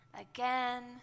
again